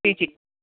P G